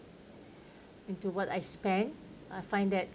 into what I spent I find that